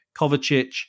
Kovacic